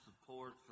support